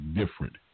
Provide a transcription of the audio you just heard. different